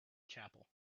chapel